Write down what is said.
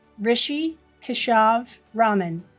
rishi keshav raman